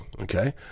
okay